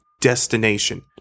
destination